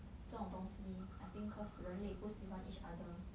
这种东西 I think cause 人类不喜欢 each other